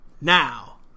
Now